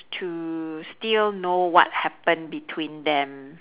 to still know what happen between them